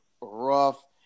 rough